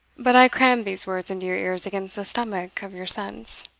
but i cram these words into your ears against the stomach of your sense.